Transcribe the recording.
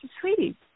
sweetie